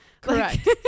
Correct